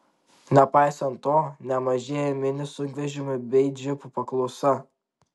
nepaisant to nemažėja mini sunkvežimių bei džipų paklausa